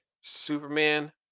Superman